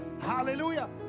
hallelujah